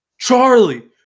Charlie